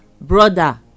brother